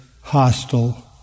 hostile